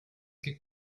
que